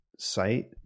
site